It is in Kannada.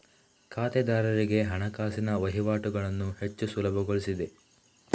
ಖಾತೆದಾರರಿಗೆ ಹಣಕಾಸಿನ ವಹಿವಾಟುಗಳನ್ನು ಹೆಚ್ಚು ಸುಲಭಗೊಳಿಸಿದೆ